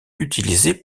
utilisés